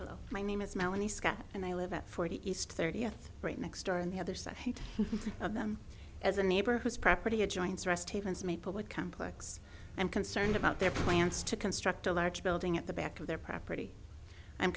hello my name is melanie scott and i live at forty east thirtieth right next door in the other side of them as a neighbor whose property adjoins rest haven's maplewood complex and concerned about their plans to construct a large building at the back of their property i'm